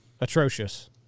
Atrocious